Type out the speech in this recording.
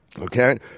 Okay